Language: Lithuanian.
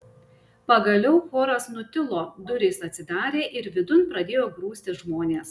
pagaliau choras nutilo durys atsidarė ir vidun pradėjo grūstis žmonės